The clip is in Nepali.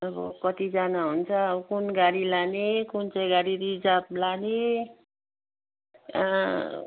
अब कतिजना हुन्छ अब कुन गाडी लाने कुन चाहिँ गाडी रिजर्भ लाने